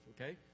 okay